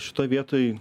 šitoj vietoj